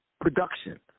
production